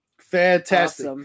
Fantastic